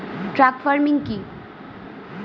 Truck farming কি?